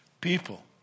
people